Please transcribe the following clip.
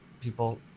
people